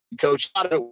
coach